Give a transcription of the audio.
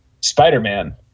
spider-man